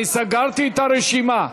אני סגרתי את הרשימה.